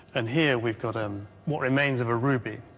and here we've got um what remains of a ruby.